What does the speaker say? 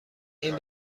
این